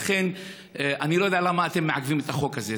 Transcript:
לכן, אני לא יודע למה אתם מעכבים את החוק הזה.